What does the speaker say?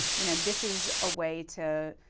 you know, this is a way to